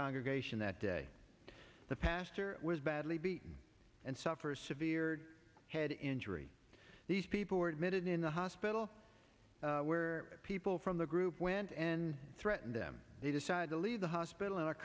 congregation that day the pastor was badly beaten and suffer severe head injury these people were admitted in the hospital where people from the group went and threatened them they decide to leave the hospital and are